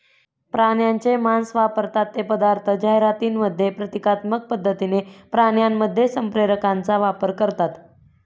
प्राण्यांचे मांस वापरतात ते पदार्थ जाहिरातींमध्ये प्रतिकात्मक पद्धतीने प्राण्यांमध्ये संप्रेरकांचा वापर करतात